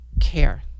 care